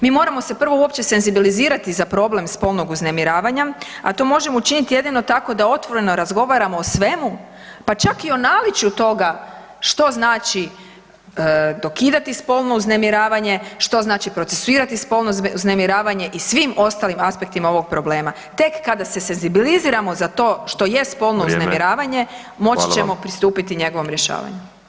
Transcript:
Mi moramo se prvo uopće senzibilizirati za problem spolnog uznemiravanja, a to možemo učiniti jedino tako da otvoreno razgovaramo o svemu pa čak i o naličju toga što znači dokidati spolno uznemiravanje, što znači procesuirati spolno uznemiravanje i svim ostalim aspektima ovog problema, tek kada se senzibiliziramo za to što jest spolno [[Upadica Škoro: Vrijeme, hvala.]] moći ćemo pristupiti njegovom rješavanju.